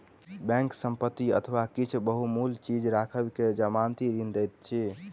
bank संपत्ति अथवा किछ बहुमूल्य चीज राइख के जमानती ऋण दैत अछि